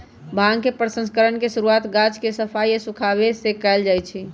भांग के प्रसंस्करण के शुरुआत गाछ के सफाई आऽ सुखाबे से कयल जाइ छइ